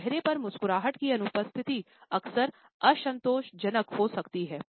तो चेहरे पर मुस्कुराहट की अनुपस्थिति अक्सर असंतोषजनक हो सकती है